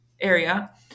area